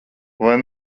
vai